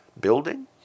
building